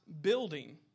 building